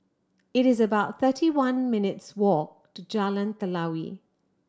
it's about thirty one minutes' walk to Jalan Telawi